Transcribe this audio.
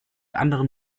anderen